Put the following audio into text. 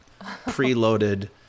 preloaded